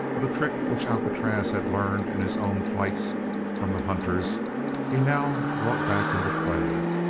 the trick which alcatraz had learned in his own flights from the hunters he now brought back into play.